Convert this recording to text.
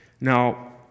Now